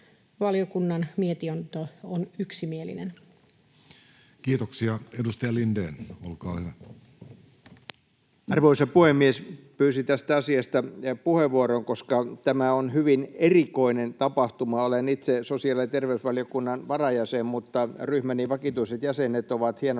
muuttamisesta (HE 38/2024 vp) Time: 17:42 Content: Arvoisa puhemies! Pyysin tästä asiasta puheenvuoron, koska tämä on hyvin erikoinen tapahtuma. Olen itse sosiaali- ja terveysvaliokunnan varajäsen, ja ryhmäni vakituiset jäsenet ovat hienolla